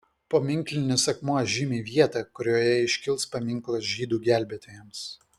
paminklinis akmuo žymi vietą kurioje iškils paminklas žydų gelbėtojams